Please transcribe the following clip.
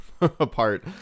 apart